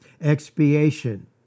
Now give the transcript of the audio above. Expiation